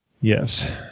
Yes